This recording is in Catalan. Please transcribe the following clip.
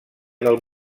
del